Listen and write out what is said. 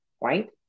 right